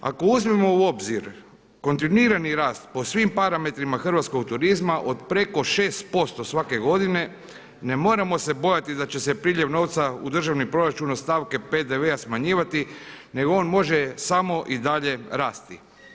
Ako uzmemo u obzir kontinuirani rast po svim parametrima hrvatskog turizma od preko 6% svake godine ne moramo se bojati da će se priljev novca u državni proračun od stavke PDV-a smanjivati nego on može samo i dalje rasti.